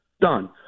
Done